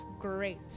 great